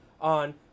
on